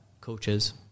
coaches